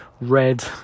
red